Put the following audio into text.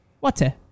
Water